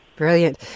Brilliant